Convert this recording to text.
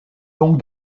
donc